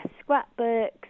scrapbooks